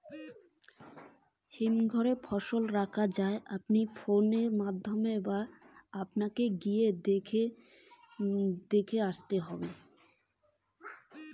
কুন কুন হিমঘর এ ফসল রাখা যায় কি রকম করে খবর নিমু?